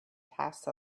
passed